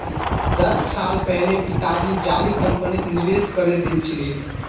दस साल पहले पिताजी जाली कंपनीत निवेश करे दिल छिले